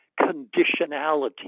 conditionality